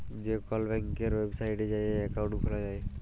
যে কল ব্যাংকের ওয়েবসাইটে যাঁয়ে একাউল্ট খুলা যায়